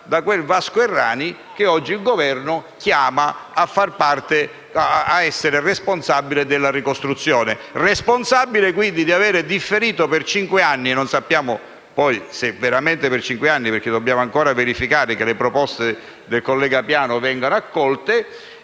da quel Vasco Errani che oggi il Governo chiama ad essere responsabile della ricostruzione; responsabile quindi di avere differito per cinque anni - e non sappiamo poi se veramente per cinque anni perché dobbiamo ancora verificare che le proposte del collega Piano vengano accolte